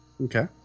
Okay